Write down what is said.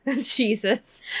jesus